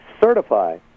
certify